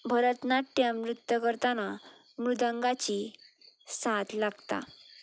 भरतनाट्यम नृत्य करतना मृदंगाची साथ लागता